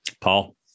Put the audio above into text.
Paul